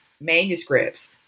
manuscripts